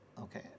Okay